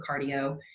cardio